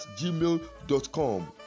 gmail.com